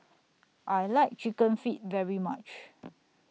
I like Chicken Feet very much